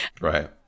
Right